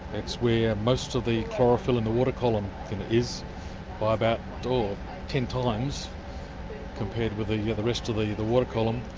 that's where most of the chlorophyll in the water column is, but about ten times compared with yeah the rest of the the water column,